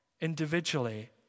individually